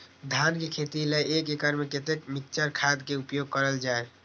धान के खेती लय एक एकड़ में कते मिक्चर खाद के उपयोग करल जाय?